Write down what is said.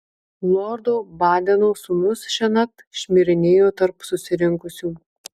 lordo badeno sūnus šiąnakt šmirinėjo tarp susirinkusių